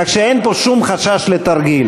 כך שאין פה שום חשש לתרגיל.